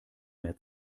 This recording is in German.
mehr